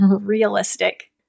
realistic